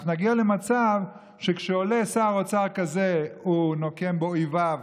אנחנו נגיע למצב שכשעולה שר אוצר כזה הוא נוקם באויביו